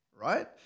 right